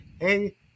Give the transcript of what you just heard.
hey